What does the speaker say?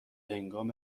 هنگام